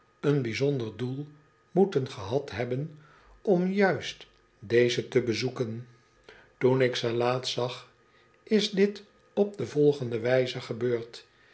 een bijzonder doel moeten gehad hebben om juist deze te bezoeken toen ik ze laatst zag is dit op de volgende wijze gebeurd